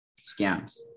Scams